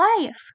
life